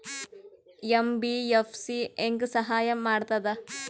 MBFC ಹೆಂಗ್ ಸಹಾಯ ಮಾಡ್ತದ?